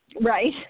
Right